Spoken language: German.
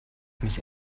mich